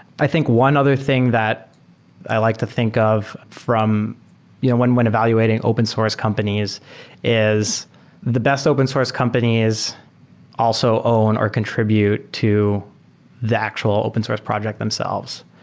i think one other thing that i like to think of you know when when evaluating open source companies is the best open source companies also own or contribute to the actual open source project themselves.